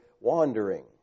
wandering